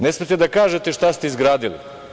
Ne smete da kažete šta ste izgradili.